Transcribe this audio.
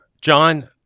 John